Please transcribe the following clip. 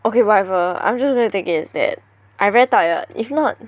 okay whatever I'm just gonna take it as that I very tired if not